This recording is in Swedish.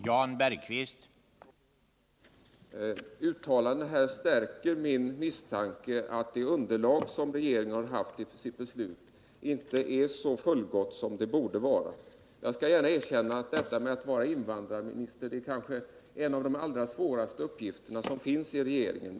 Herr talman! Dessa uttalanden stärker min misstanke att det underlag som regeringen har haft för sitt beslut inte är så fullgott som det borde vara. Jag skall gärna erkänna att detta att vara invandrarminister kanske är en av de allra svåraste uppgifterna i regeringen.